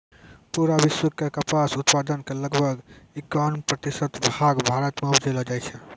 पूरा विश्व के कपास उत्पादन के लगभग इक्यावन प्रतिशत भाग भारत मॅ उपजैलो जाय छै